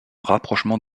rapprochement